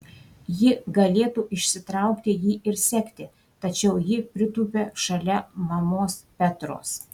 ji galėtų išsitraukti jį ir sekti tačiau ji pritūpia šalia mamos petros